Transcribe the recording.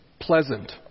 pleasant